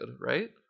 right